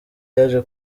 yaje